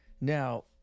Now